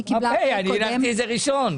אני הנחתי את זה ראשון.